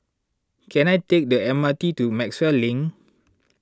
can I take the M R T to Maxwell Link